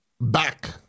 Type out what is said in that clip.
Back